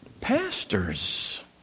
pastors